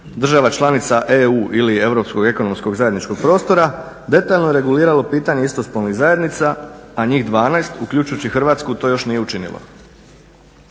država članica EU ili Europskog ekonomskog zajedničkog prostora detaljno je reguliralo pitanje istospolnih zajednica, a njih 12 uključujući i Hrvatsku to još nije učinilo.